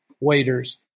waiters